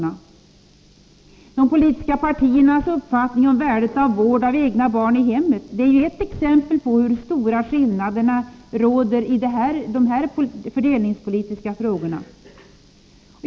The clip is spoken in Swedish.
De olika politiska partiernas uppfattning om värdet av vård av egna barn i hemmet är ju ett exempel på de stora meningsskiljaktigheter som råder i de fördelningspolitiska frågorna.